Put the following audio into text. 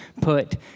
put